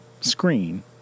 screen